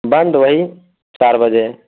بند وہی چار بجے